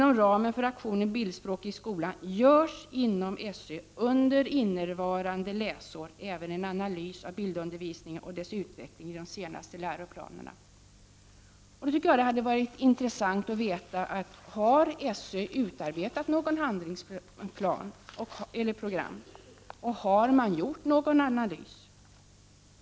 Inom ramen för aktionen Bildspråket i skolan görs inom 16 november 1989 SÖ under innevarande läsår även en analys av bildundervisningen och dess Ra Vissa läroplans Jag tycker då att det hade varit intressant att nu få veta om SÖ har utarbetat något handlingsprogram och om man har gjort någon analys.